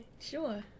sure